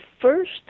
first